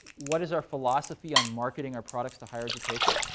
what is our philosophy on marketing our products to higher education?